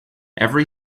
every